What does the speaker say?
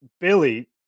Billy